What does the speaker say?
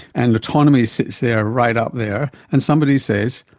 and autonomy sits there right up there, and somebody says,